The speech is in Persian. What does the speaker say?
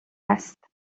است